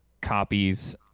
copies